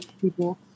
people